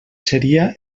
seria